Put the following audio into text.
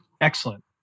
Excellent